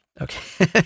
okay